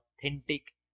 authentic